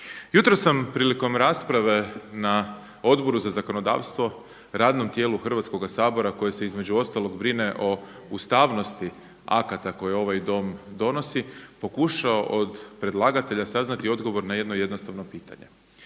Jutros sam prilikom rasprave na Odboru za zakonodavstvo radnom tijelu Hrvatskoga sabora koje se između ostalog brine o ustavnosti akata koje ovaj Dom donosi pokušao od predlagatelja saznati odgovor na jedno jednostavno pitanje,